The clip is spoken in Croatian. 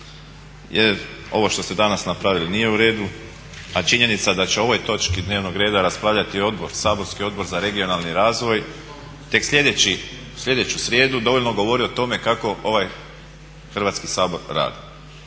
jer ovo što ste danas napravili nije u redu, a činjenica da će o ovoj točki dnevnog reda raspravljati saborski Odbor za regionalni razvoj tek sljedeću srijedu dovoljno govori o tome kako ovaj Hrvatski sabor radi.